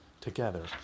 together